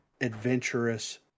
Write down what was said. adventurous